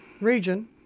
region